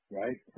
right